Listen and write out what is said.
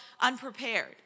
unprepared